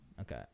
Okay